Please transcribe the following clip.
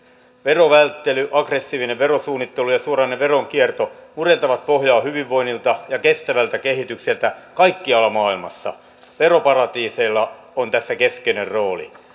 verovälttely aggressiivinen verosuunnittelu ja suoranainen veronkierto murentavat pohjaa hyvinvoinnilta ja kestävältä kehitykseltä kaikkialla maailmassa veroparatiiseilla on tässä keskeinen rooli